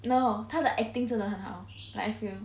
no 他的 acting 真的很好 like I feel